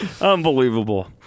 Unbelievable